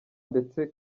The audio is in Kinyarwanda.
ndetse